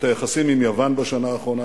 את היחסים עם יוון בשנה האחרונה,